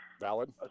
Valid